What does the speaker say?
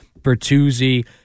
Bertuzzi